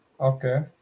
Okay